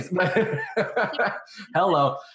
hello